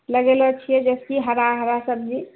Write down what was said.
लगेलो छियै जाहिसँ कि हरा हरा सब्जी